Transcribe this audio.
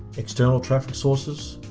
external traffic sources,